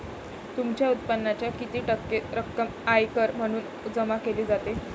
तुमच्या उत्पन्नाच्या किती टक्के रक्कम आयकर म्हणून जमा केली जाते?